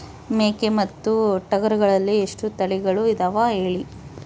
ಮೇಕೆ ಮತ್ತು ಟಗರುಗಳಲ್ಲಿ ಎಷ್ಟು ತಳಿಗಳು ಇದಾವ ಹೇಳಿ?